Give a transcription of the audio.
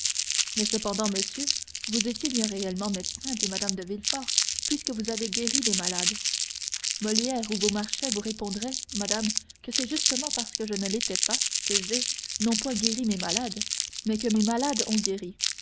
mais cependant monsieur vous étiez bien réellement médecin dit mme de villefort puisque vous avez guéri des malades molière ou beaumarchais vous répondraient madame que c'est justement parce que je ne l'étais pas que j'ai non point guéri mes malades mais que mes malades ont guéri